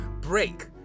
break